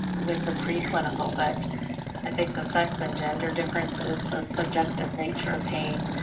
with the preclinical, but i think the sex and gender differences, the subjective nature of pain,